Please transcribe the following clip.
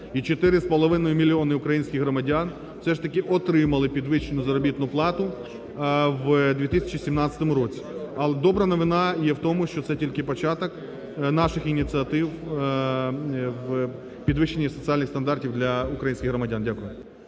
І 4,5 мільйони українських громадян все ж таки отримали підвищену заробітну плату в 2017 році. Але добра новина є в тому, що це тільки початок наших ініціатив у підвищенні соціальних стандартів для українських громадян. Дякую.